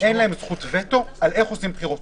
אין להם זכות וטו על איך עושים בחירות.